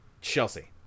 Chelsea